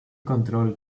control